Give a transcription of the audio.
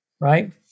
right